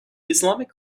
islamic